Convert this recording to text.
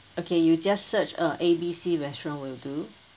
okay you just search uh A B C restaurant will do